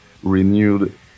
renewed